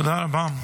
תודה רבה.